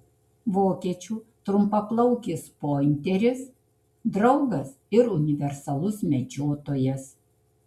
vokiečių trumpaplaukis pointeris draugas ir universalus medžiotojas